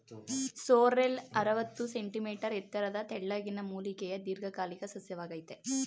sorrel ಅರವತ್ತು centimetre ಎತ್ತರದ ತೆಳ್ಳಗಿನ ಮೂಲಿಕೆಯ ದೀರ್ಘಕಾಲಿಕ ಸಸ್ಯವಾಗಯ್ತೆ